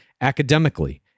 academically